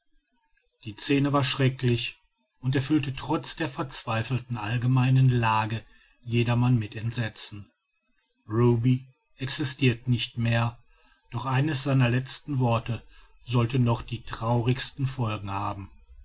die scene war schrecklich und erfüllte trotz der verzweifelten allgemeinen lage jedermann mit entsetzen ruby existirt nicht mehr doch eines seiner letzten worte sollte noch die traurigsten folgen haben